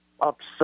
upset